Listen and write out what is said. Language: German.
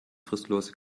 fristlose